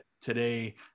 today